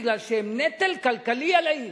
מפני שהם נטל כלכלי על העיר.